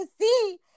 see